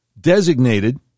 designated